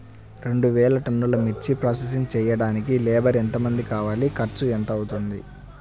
రెండు వేలు టన్నుల మిర్చి ప్రోసెసింగ్ చేయడానికి లేబర్ ఎంతమంది కావాలి, ఖర్చు ఎంత అవుతుంది?